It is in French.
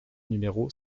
numéro